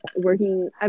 working